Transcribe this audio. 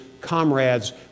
comrades